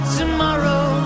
tomorrow